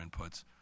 inputs